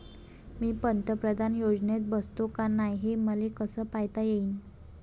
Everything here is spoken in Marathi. मी पंतप्रधान योजनेत बसतो का नाय, हे मले कस पायता येईन?